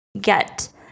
get